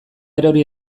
erori